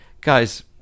guys